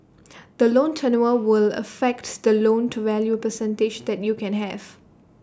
the loan tenure will affects the loan to value percentage that you can have